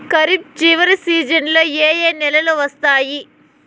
ఖరీఫ్ చివరి సీజన్లలో ఏ ఏ నెలలు వస్తాయి